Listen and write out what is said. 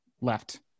left